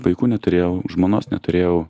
vaikų neturėjau žmonos neturėjau